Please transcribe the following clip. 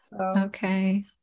Okay